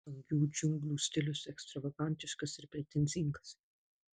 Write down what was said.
prabangių džiunglių stilius ekstravagantiškas ir pretenzingas